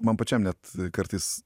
man pačiam net kartais